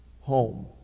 Home